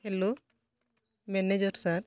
hello manager sir